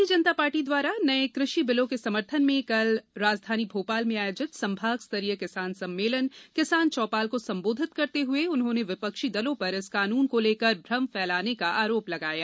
भारतीय जनता पार्टी द्वारा नए कृषि बिलों के समर्थन में कल राजधानी भोपाल में आयोजित संभाग स्तरीय किसान सम्मेलन किसान चौपाल को संबोधित करते हुए उन्होंने विपक्षी दलों पर इस कानून को लेकर भ्रम फैलाने का आरोप लगाया